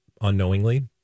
unknowingly